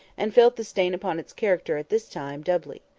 and felt the stain upon its character at this time doubly.